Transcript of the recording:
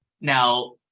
Now